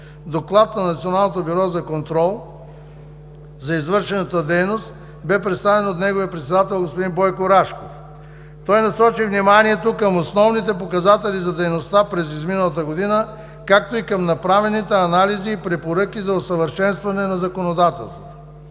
разузнавателни средства за извършената дейност през 2016 г. бе представен от неговия председател – господин Бойко Рашков. Той насочи вниманието към основните показатели за дейността през изминалата година, както и към направените анализи и препоръки за усъвършенстване на законодателството.